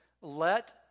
Let